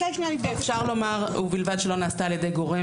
אפשר לומר ובלבד שלא נעשתה על ידי גורם